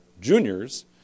juniors